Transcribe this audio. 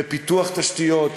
בפיתוח תשתיות,